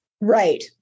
right